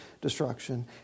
destruction